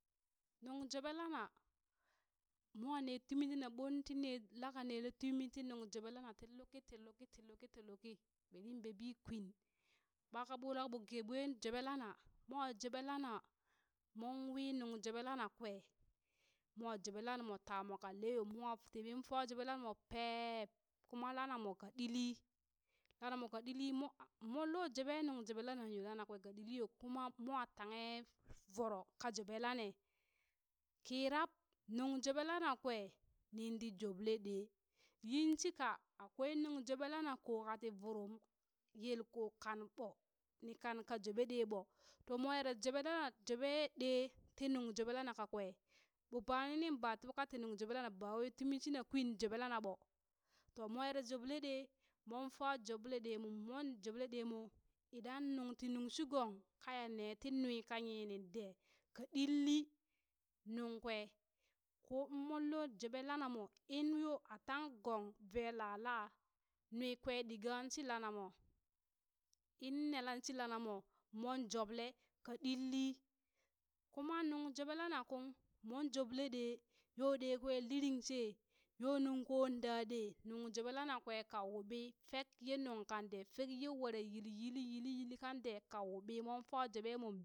Nuŋ joɓe lana mo ne tumi tina montine laka nele tumi ti nung jobelan ti luki ti luki ti luki ti luki. berin babi kwin ɓaka ɓurak ɓo ge ɓwen joɓe lana mwa jeɓe lana mon wi nuŋ joɓe lana kwe mo joɓe lanamo tamo ka leyo mwa temen fa joɓe lanamo peeb, kuma lanamo ka ɗili lanamo kan ɗili mo a mo monlo jobe nung jobe lanan yo lana kwe ka ɗili yo kuma mo tanghe voro ka joɓe lane, kirab nung joɓe lana kwe ninɗi joble ɗee yinshika akwai nuŋ joɓe lana ko kati vurum yelko kan ɓo, ni kan ka joɓe ɗee ɓo to mo ere joɓe lana joɓe ɗee ti nung joɓe lana kakwe ɓo ba liniŋ ɓa tuka ti nuŋ joɓe lana bawai tumi shina kwin joɓe lana mo, to mwa ere joɓle ɗe mon fa joble ɗemo, mon joɓle ɗemo idan nungti nung shi gong kaya ne ti nwi ka yinin de ka ɗilli nuŋ kwe ko inmon lo joɓ lanamo inyo a tang gong ve lalaa nwi kwe ɗigan shi lanamo, in nelan shi lanamo moŋ joɓle ka ɗilli, kuma nung jobe lana kung mon joɓle ɗeyo ɗe kwe liring she, yo nung ko da de nung joɓe lanakwe ka wuɓi fek ye nungkan de fek ye were yili yili yili kan ɗe ka wuɓi mon fa joɓe mon